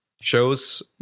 shows